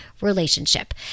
relationship